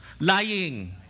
lying